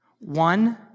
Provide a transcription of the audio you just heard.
One